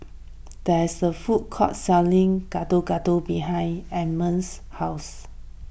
there is a food court selling Gado Gado behind Ellamae's house